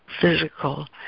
physical